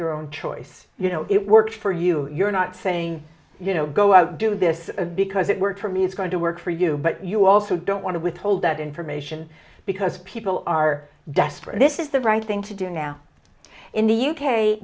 their own choice you know it works for you you're not saying you know go out do this because it worked for me is going to work for you but you also don't want to withhold that information because people are desperate this is the right thing to do now in the u